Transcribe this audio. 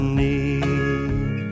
need